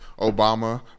Obama